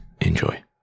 enjoy